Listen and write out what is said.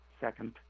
second